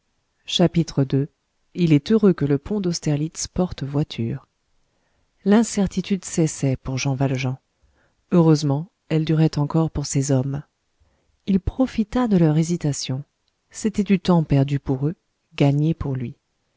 chapitre ii il est heureux que le pont d'austerlitz porte voitures l'incertitude cessait pour jean valjean heureusement elle durait encore pour ces hommes il profita de leur hésitation c'était du temps perdu pour eux gagné pour lui